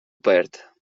perd